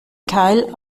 keil